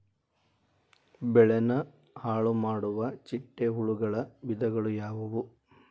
ಬೆಳೆನ ಹಾಳುಮಾಡುವ ಚಿಟ್ಟೆ ಹುಳುಗಳ ವಿಧಗಳು ಯಾವವು?